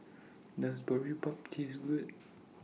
Does Boribap Taste Good